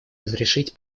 разрешать